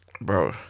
bro